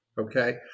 Okay